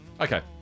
okay